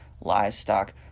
livestock